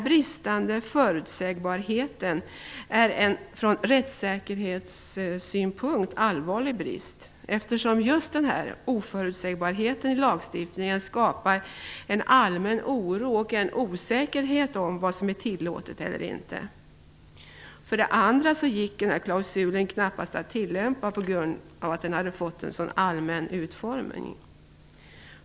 Bristande förutsägbarhet är en från rättssäkerhetssynpunkt allvarlig brist, eftersom just denna oförutsägbarhet i lagstiftningen skapar en allmän oro och osäkerhet om vad som är tillåtet eller ej. För det andra gick klausulen knappast att tillämpa på grund av sin allmänna utformning.